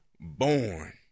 born